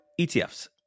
ETFs